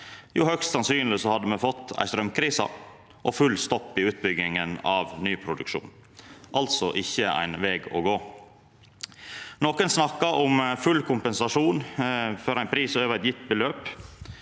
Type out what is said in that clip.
Jo, høgst sannsynleg hadde me fått ei straumkrise og full stopp i utbygginga av ny produksjon. Det er altså ikkje ein veg å gå. Nokon snakkar om full kompensasjon for ein pris over eit gjeve beløp,